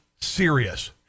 serious